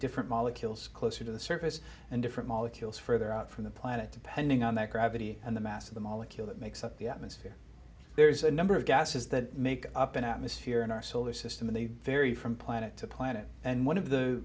different molecules closer to the surface and different molecules further out from the planet depending on that gravity and the mass of the molecule that makes up the atmosphere there's a number of gases that make up an atmosphere in our solar system in the very from planet to planet and one of the